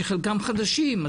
שחלקם חדשים.